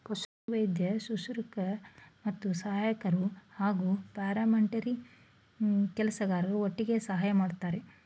ಪಶುವೈದ್ಯ ಶುಶ್ರೂಷಕ ಮತ್ತು ಸಹಾಯಕ್ರು ಹಾಗೂ ಪ್ಯಾರಾವೆಟರ್ನರಿ ಕೆಲಸಗಾರರು ಒಟ್ಟಿಗೆ ಸಹಾಯ ಮಾಡ್ತರೆ